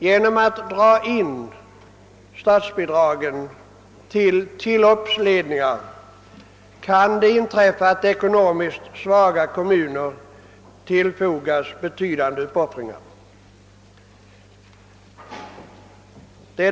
Det kan inträffa att ekonomiskt svaga kommuner — genom indragning av statsbidragen till tillloppsledningar — får göra betydande uppoffringar.